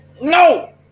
No